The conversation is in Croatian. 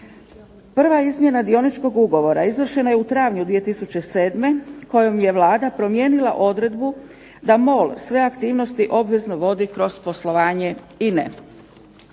Prva izmjena dioničkog ugovora izvršena je u travnju 2007. kojom je Vlada promijenila odredbu da MOL sve aktivnosti obvezno vodi kroz poslovanje INA-E.